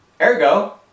Ergo